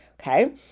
okay